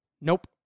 Nope